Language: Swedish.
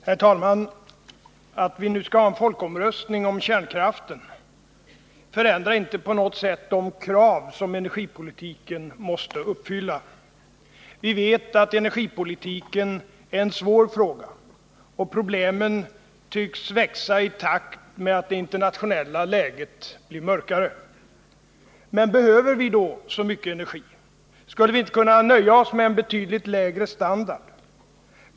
Herr talman! Att vi nu skall ha en folkomröstning om kärnkraften förändrar inte på något sätt de krav som energipolitiken måste uppfylla. Vi vet att energipolitiken är en svår fråga, och problemen tycks växa i takt med att det internationella läget blir mörkare. Men behöver vi då så mycket energi? Skulle vi inte kunna nöja oss med en betydligt lägre standard?